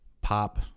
pop